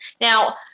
Now